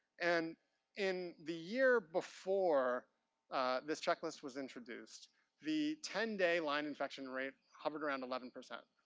and in the year before this checklist was introduced the ten day line-infection rate hovered around eleven percent.